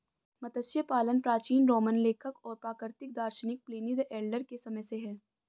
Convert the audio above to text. मत्स्य पालन प्राचीन रोमन लेखक और प्राकृतिक दार्शनिक प्लिनी द एल्डर के समय से है